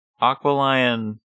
Aqualion